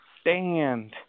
stand